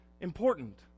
important